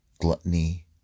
Gluttony